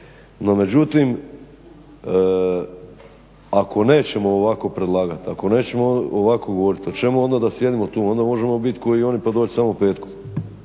No međutim, ako nećemo ovako predlagati, ako nećemo ovako govoriti, o čemu onda da sjedimo tu? Onda možemo biti kao i oni pa doći samo petkom.